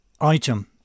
Item